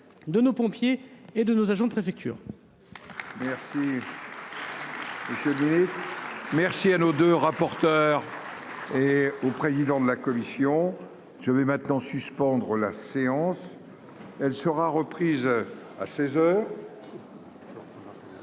de nos pompiers et de nos agents préfecture. Merci. Merci à nos deux rapporteurs. Et au président de la commission, je vais maintenant suspendre la séance, elle sera reprise à 16